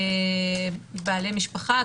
בעלי משפחה,